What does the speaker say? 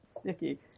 sticky